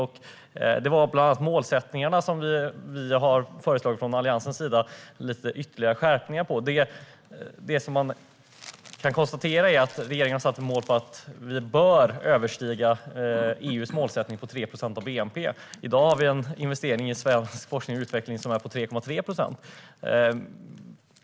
En av dessa saker var målsättningarna, där vi från Alliansens sida har föreslagit ytterligare skärpningar. Det man kan konstatera är att regeringen har satt som mål att vi bör överstiga EU:s målsättning på 3 procent av bnp. I dag är investeringen i svensk forskning och utveckling 3,3 procent.